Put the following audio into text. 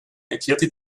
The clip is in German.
erklärte